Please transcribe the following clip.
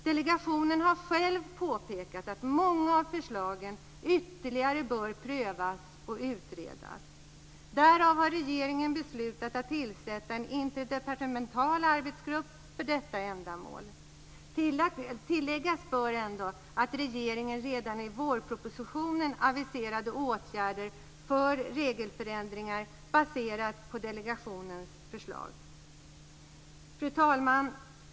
Delegationen har själv påpekat att många av förslagen ytterligare bör prövas och utredas. Därför har regeringen beslutat att tillsätta en interdepartemental arbetsgrupp för detta ändamål. Tilläggas bör ändå att regeringen redan i vårpropositionen aviserade åtgärder för regelförändringar baserade på delegationens förslag. Fru talman!